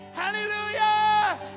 hallelujah